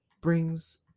brings